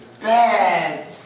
bad